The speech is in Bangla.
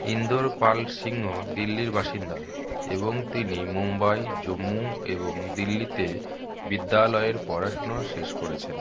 ইন্দরপাল সিংহ দিল্লির বাসিন্দা এবং তিনি মুম্বাই জম্মু এবং দিল্লিতে বিদ্যালয়ের পড়াশুনো শেষ করেছেন